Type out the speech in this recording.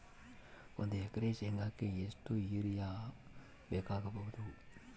ಒಂದು ಎಕರೆ ಶೆಂಗಕ್ಕೆ ಎಷ್ಟು ಯೂರಿಯಾ ಬೇಕಾಗಬಹುದು?